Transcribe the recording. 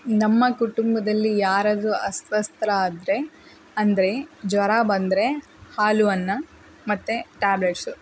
ನಮ್ಮ ಕುಟುಂಬದಲ್ಲಿ ಯಾರಾದರೂ ಅಸ್ವಸ್ಥರಾದ್ರೆ ಅಂದರೆ ಜ್ವರ ಬಂದರೆ ಹಾಲು ಅನ್ನ ಮತ್ತು ಟ್ಯಾಬ್ಲೆಟ್ಸು